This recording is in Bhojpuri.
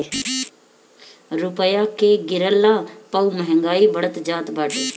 रूपया के गिरला पअ महंगाई बढ़त जात बाटे